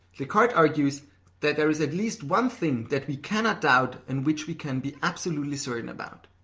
descartes argues that there is at least one thing that we cannot doubt and which we can be absolutely certain about.